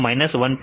w1 गुडे 1